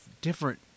different